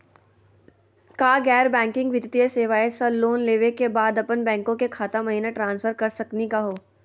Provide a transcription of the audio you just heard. का गैर बैंकिंग वित्तीय सेवाएं स लोन लेवै के बाद अपन बैंको के खाता महिना ट्रांसफर कर सकनी का हो?